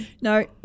No